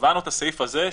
קבענו את הסעיף הזה,